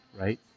right